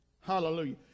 Hallelujah